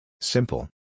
Simple